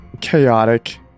chaotic